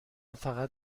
فقط